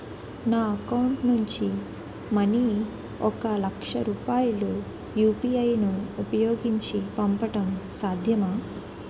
నా అకౌంట్ నుంచి మనీ ఒక లక్ష రూపాయలు యు.పి.ఐ ను ఉపయోగించి పంపడం సాధ్యమా?